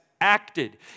acted